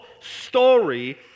story